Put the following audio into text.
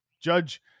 judge